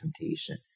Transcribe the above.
temptation